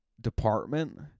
department